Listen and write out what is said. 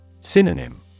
Synonym